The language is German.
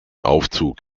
aufzug